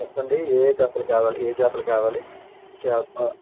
చెప్పండి ఏ ఏ చేపలు కావాలి ఏ చేపలు కావాలి చేప